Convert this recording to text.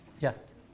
Yes